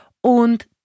Und